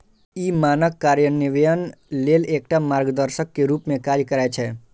ई मानक कार्यान्वयन लेल एकटा मार्गदर्शक के रूप मे काज करै छै